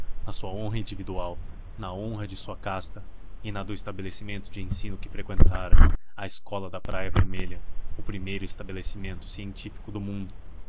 na sua honra individual na honra de sua casta e na do estabelecimento de ensino que freqüentara a escola da praia vermelha o primeiro estabelecimento científico do mundo